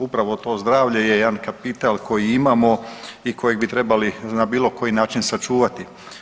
Upravo to zdravlje je jedan kapital koji imamo i kojeg bi trebali na bilo koji način sačuvati.